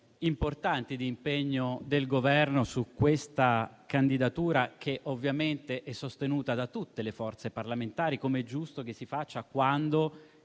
importanti di impegno del Governo su tale candidatura, che ovviamente è sostenuta da tutte le forze parlamentari, come è giusto che si faccia quando